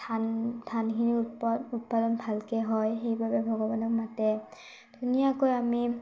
ধান ধানখিনি উৎপাদন ভালকৈ হয় সেইবাবে ভগৱানক মাতে ধুনীয়াকৈ আমি